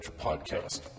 Podcast